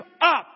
up